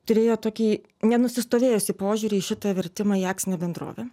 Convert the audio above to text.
turėjo tokį nenusistovėjusį požiūrį į šitą vertimą į akcinę bendrovę